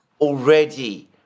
already